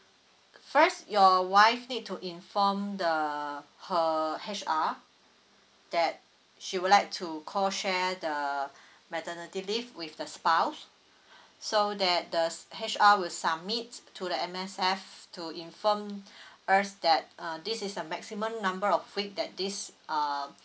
first your wife need to inform the her H_R that she would like to co share the maternity leave with the spouse so that the H_R will submit to the M_S_F to inform us that err this is a maximum number of week that this uh